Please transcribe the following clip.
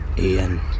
Ian